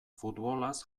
futbolaz